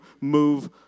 move